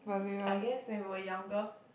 I guess when we were younger